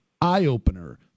eye-opener